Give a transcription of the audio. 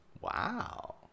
Wow